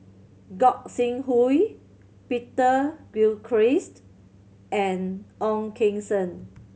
Gog Sing Hooi Peter Gilchrist and Ong Keng Sen